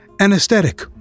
anesthetic